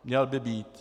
Měl by být.